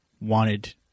wanted